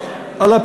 רובינשטיין,